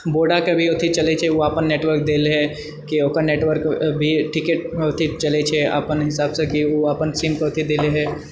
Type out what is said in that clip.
वोडाके भी अथि चलैछै ओ अपन नेटवर्क देलहै कि ओकर नेटवर्क भी ठीके ठीक चलैछै अपन हिसाबसँ कि ओ अपन सिम पर अथि देलैहै